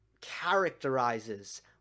characterizes